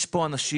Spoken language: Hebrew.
יש פה אנשים,